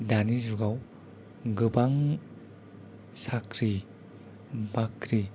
दानि जुगाव गोबां साख्रि बाख्रि